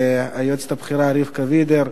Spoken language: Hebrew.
ליועצת הבכירה רבקה וידר,